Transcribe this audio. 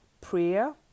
prayer